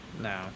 No